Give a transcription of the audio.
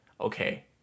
okay